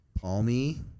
Palmy